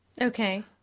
Okay